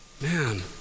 Man